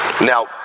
Now